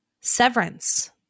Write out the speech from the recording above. Severance